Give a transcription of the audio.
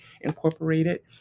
Incorporated